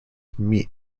meet